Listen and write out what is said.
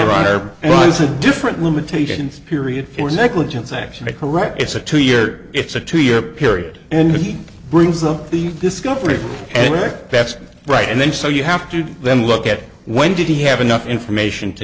a different limitations period for negligence actually correct it's a two year it's a two year period and he brings up the discovery and that's right and then so you have to then look at when did he have enough information to